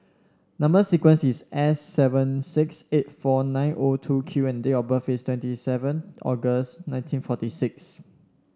number sequence is S seven six eight four nine O two Q and date of birth is twenty seven August nineteen forty six